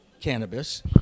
cannabis